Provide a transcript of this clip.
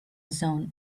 zone